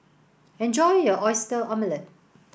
enjoy your oyster omelette